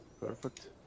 Perfect